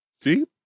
See